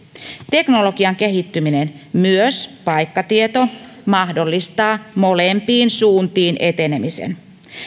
teknologian kehittyminen myös paikkatieto mahdollistaa molempiin suuntiin etenemisen